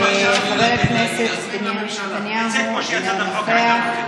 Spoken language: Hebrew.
חבר הכנסת בנימין נתניהו, אינו נוכח,